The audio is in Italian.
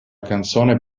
canzone